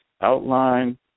Outline